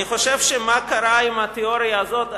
אני חושב שמה קרה עם התיאוריה הזאת,